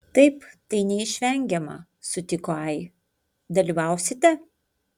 taip tai neišvengiama sutiko ai dalyvausite